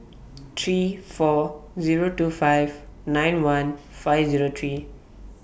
three four Zero two five nine one five Zero three